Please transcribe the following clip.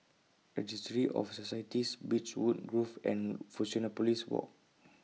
Registry of Societies Beechwood Grove and Fusionopolis Walk